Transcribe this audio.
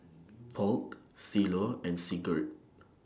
Polk Shiloh and Sigurd